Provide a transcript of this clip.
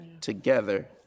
together